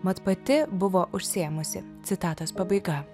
mat pati buvo užsiėmusi citatos pabaiga